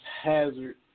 Hazard